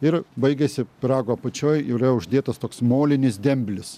ir baigiasi pyrago apačioj yra uždėtas toks molinis demblis